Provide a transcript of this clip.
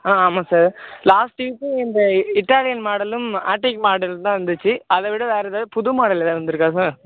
ஆ ஆமாம் sir last வீக்கும் இந்த இட்டாலியன் மாடலும் ஆர்ட்டிக் மாடலும் தான் வந்துச்சு அதை விட வேறு ஏதாவது புது மாடல் ஏதாவது வந்துயிருக்கா சார்